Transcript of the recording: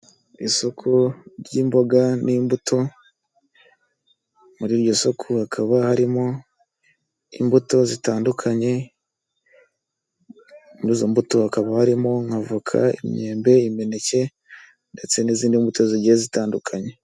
Isoko ry'imboga n'imbuto muri iryo soko hakaba harimo imbuto zitandukanye muri izo mbuto hakaba harimo nk'avoka, imyembe, imineke ndetse n'izindi mbuto zigiye zitandukanye.